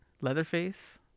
Leatherface